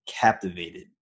captivated